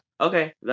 okay